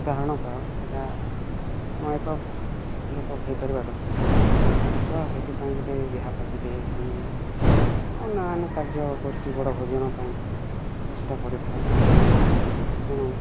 ଉଦାହରଣ ସେଇଟା ଅନେକ ଲୋକ ଖାଇ ପାରିବା ଦଶ କେଜି ନାଇଁ ତ ସେଥିପାଇଁ ଗୁଟେ ବିହା ପାର୍ଟିରେ କି ଅନ୍ୟାନ କାର୍ଯ୍ୟ ଗୋଷ୍ଠୀ ବଡ଼ ଭୋଜି ନ ପାଇଁ ତ ସେଇଟା କରିଥାଉ ତେଣୁ